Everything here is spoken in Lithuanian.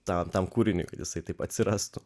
tą tam kūriniui visai taip atsirastų